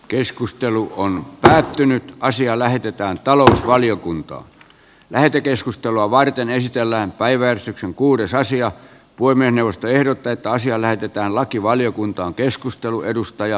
keskustelu on päättynyt ja asia lähetetään talousvaliokuntaan lähetekeskustelua varten esitellään päiväänsä kuudes asiat poimien puhemiesneuvosto ehdottaa että asia lähetetään lakivaliokuntaan